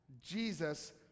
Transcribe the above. Jesus